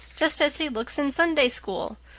just as he looks in sunday school,